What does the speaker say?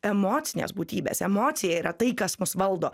emocinės būtybės emocija yra tai kas mus valdo